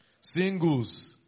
Singles